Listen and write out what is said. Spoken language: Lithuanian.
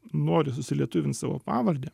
nori susilietuvint savo pavardę